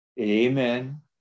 Amen